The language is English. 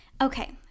okay